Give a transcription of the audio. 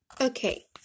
okay